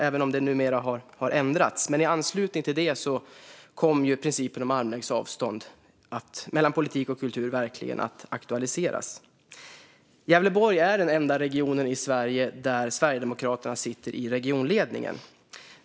Det har numera ändrats, men i anslutning till detta kom principen om armlängds avstånd mellan politik och kultur verkligen att aktualiseras. Gävleborg är den enda regionen i Sverige där Sverigedemokraterna sitter i regionledningen.